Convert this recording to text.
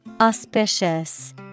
Auspicious